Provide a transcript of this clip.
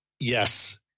Yes